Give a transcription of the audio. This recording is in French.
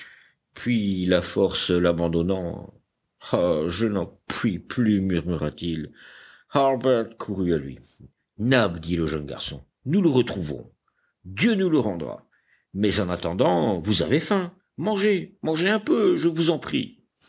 puis la force l'abandonnant ah je n'en puis plus murmura-t-il harbert courut à lui nab dit le jeune garçon nous le retrouverons dieu nous le rendra mais en attendant vous avez faim mangez mangez un peu je vous en prie